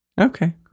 Okay